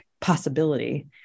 possibility